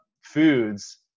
foods